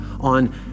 on